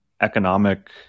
economic